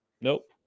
nope